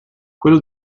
quello